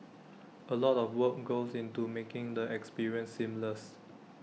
A lot of work goes into making the experience seamless